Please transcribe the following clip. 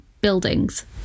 buildings